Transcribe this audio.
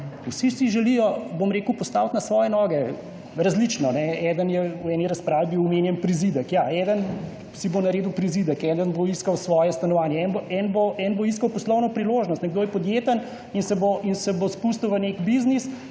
vsi se želijo postaviti na svoje noge, različno. Nekdo je v eni razpravi omenil prizidek. Ja, eden si bo naredil prizidek, eden bo iskal svoje stanovanje, eden bo iskal poslovno priložnost, nekdo je podjeten in se bo spustil v nek biznis,